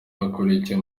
hakurikiye